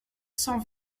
cent